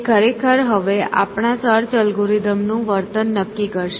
તે ખરેખર હવે આપણા સર્ચ એલ્ગોરિધમનું વર્તન નક્કી કરશે